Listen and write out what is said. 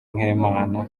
nk’imana